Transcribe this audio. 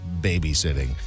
babysitting